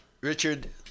Richard